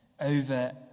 Over